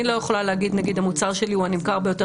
אני לא יכולה להגיד למשל שהמוצר שלי הוא הנמכר ביותר